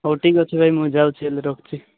ହଉ ଠିକ୍ ଅଛି ଭାଇ ମୁଁ ଯାଉଛି ହେଲେ ରଖୁଛି